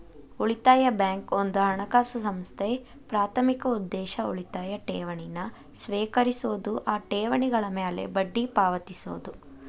ಉಳಿತಾಯ ಬ್ಯಾಂಕ್ ಒಂದ ಹಣಕಾಸು ಸಂಸ್ಥೆ ಪ್ರಾಥಮಿಕ ಉದ್ದೇಶ ಉಳಿತಾಯ ಠೇವಣಿನ ಸ್ವೇಕರಿಸೋದು ಆ ಠೇವಣಿಗಳ ಮ್ಯಾಲೆ ಬಡ್ಡಿ ಪಾವತಿಸೋದು